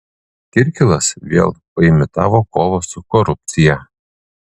kirkilas vėl paimitavo kovą su korupcija